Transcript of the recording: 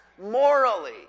morally